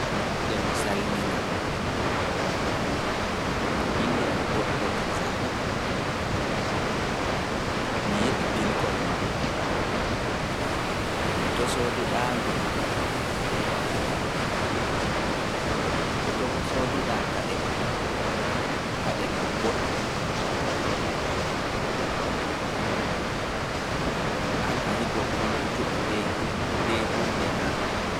Emi salmina, Innde-am goɗɗo wane kaza, mi yiɗi pilkol ma. Toe bo sooduɗaangol? An kam a goɗɗo kumputuɗo nde hirde na?